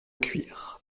cuir